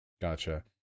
Gotcha